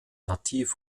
nativ